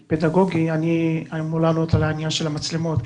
הפדגוגי, אני אמור לענות על העניין של המצלמות.